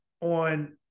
on